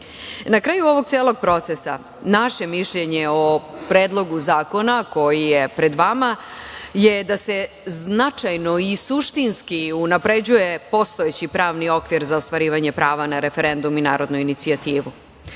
kraju ovog celog procesa, naše mišljenje o Predlogu zakona koji je pred vama je da se značajno i suštinski unapređuje postojeći pravni okvir za ostvarivanje prava na referendum i narodnu inicijativu.U